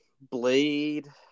blade